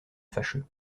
fâcheux